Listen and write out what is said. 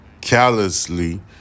callously